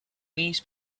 these